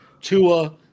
Tua